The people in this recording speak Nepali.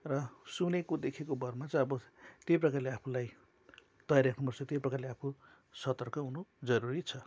र सुनेको देखेको भरमा चाहिँ अब त्यही प्रकारले आफूलाई तयार राख्नुपर्छ त्यही प्रकारले आफू सतर्क हुनु जरुरी छ